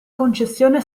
concessione